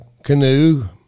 canoe